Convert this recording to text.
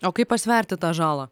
o kaip pasverti tą žalą